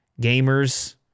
Gamers